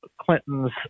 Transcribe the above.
Clinton's